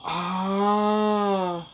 !huh!